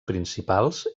principals